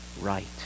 right